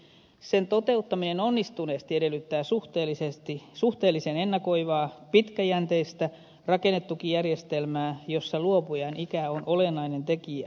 sen toteuttaminen onnistuneesti edellyttää suhteellisen ennakoivaa pitkäjänteistä rakennetukijärjestelmää jossa luopujan ikä on olennainen tekijä